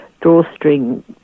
drawstring